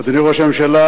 אדוני ראש הממשלה,